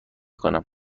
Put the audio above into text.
کنم